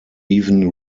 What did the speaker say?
even